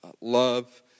Love